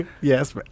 yes